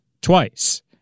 twice